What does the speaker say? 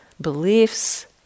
beliefs